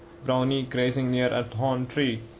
browney grazing near a thorn-tree,